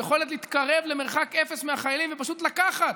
היכולת להתקרב למרחק אפס מהחיילים ופשוט לקחת,